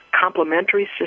complementary